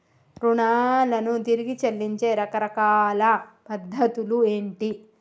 రుణాలను తిరిగి చెల్లించే రకరకాల పద్ధతులు ఏంటి?